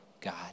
God